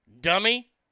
Dummy